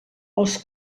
els